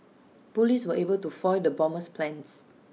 Police were able to foil the bomber's plans